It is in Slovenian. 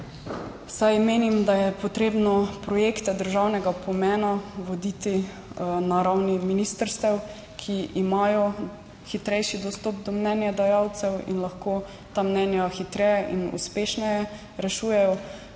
saj menim, da je potrebno projekte državnega pomena voditi na ravni ministrstev, ki imajo hitrejši dostop do mnenjedajalcev in lahko ta mnenja hitreje in uspešneje rešujejo,